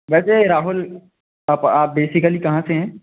वैसे राहुल आप आप बेसिकली कहाँ से हैं